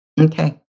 Okay